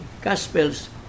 Gospels